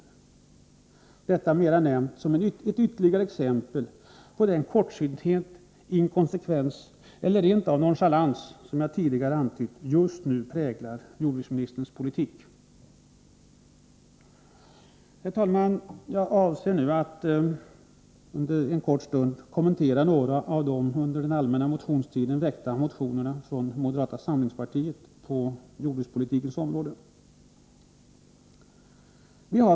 Jag nämner detta i första hand för att ge ytterligare ett exempel på den kortsynthet, inkonsekvens eller rent av nonchalans—som jag tidigare antytt — som just nu präglar jordbruksministerns politik. Herr talman! Jag avser nu att en kort stund kommentera några av de under den allmänna motionstiden av moderata samlingspartiet väckta motionerna på jordbrukspolitikens område.